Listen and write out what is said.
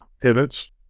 pivots